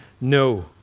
no